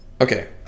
Okay